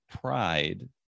pride